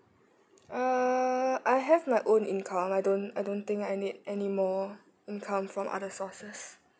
err I have my own income I don't I don't think I need anymore income from other sources